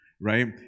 right